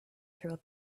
through